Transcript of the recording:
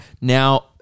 Now